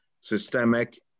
systemic